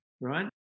right